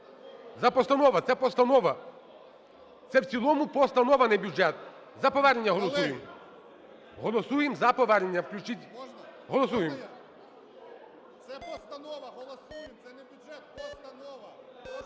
За постанову. Це постанова. Це в цілому постанова, а не бюджет. За повернення голосуємо. Голосуємо за повернення. Голосуємо. ГРОЙСМАН В.Б. Це постанова. Голосуємо. Це не бюджет. Постанова.